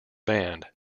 band